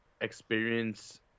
experience